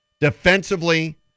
defensively